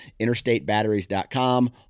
interstatebatteries.com